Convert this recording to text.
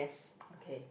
okay